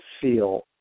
feel